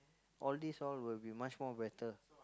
all these all will be much more better